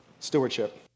stewardship